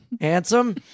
Handsome